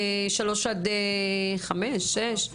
שלוש עד חמש, שש.